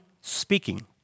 speaking